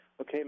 okay